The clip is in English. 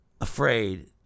afraid